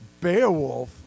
Beowulf